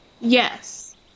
Yes